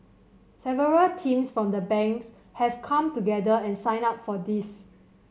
several teams from the Banks have come together and signed up for this